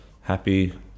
happy